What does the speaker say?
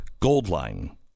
Goldline